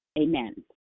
Amen